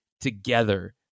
together